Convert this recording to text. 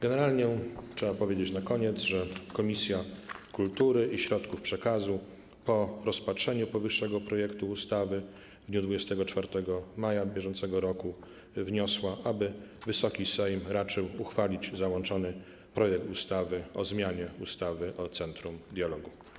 Generalnie trzeba powiedzieć na koniec, że Komisja Kultury i Środków Przekazu po rozpatrzeniu powyższego projektu ustawy w dniu 24 maja br. wniosła, aby Wysoki Sejm raczył uchwalić załączony projekt ustawy o zmianie ustawy o Centrum Dialogu.